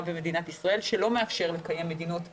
במדינת ישראל שלא מאפשר לקיים מדינות ירוקות.